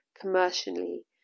commercially